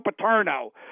Paterno